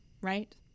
right